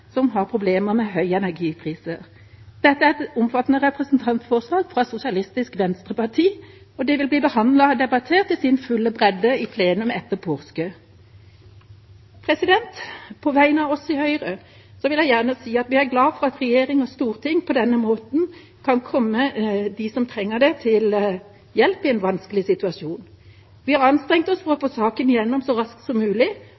som har problemer med høye energipriser. Dette er et omfattende representantforslag fra Sosialistisk Venstreparti, og det vil bli behandlet og debattert i sin fulle bredde i plenum etter påske. På vegne av oss i Høyre vil jeg gjerne si at vi er glad for at regjering og storting på denne måten kan hjelpe dem som trenger det, i en vanskelig situasjon. Vi har anstrengt oss for å få saken igjennom så raskt som mulig